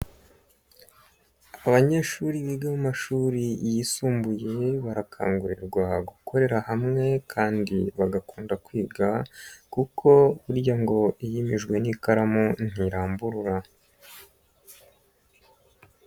Abanyeshuri biga mu mamashuri yisumbuye barakangurirwa gukorera hamwe kandi bagakunda kwiga, kuko burya ngo iyimejwe n'ikaramu ntiramburura.